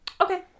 Okay